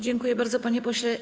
Dziękuję bardzo, panie pośle.